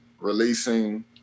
releasing